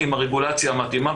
עם הרגולציה המתאימה,